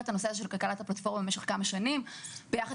של כלכלת הפלטפורמה במשך כמה שנים ביחד